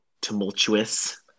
tumultuous